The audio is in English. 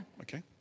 Okay